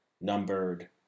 numbered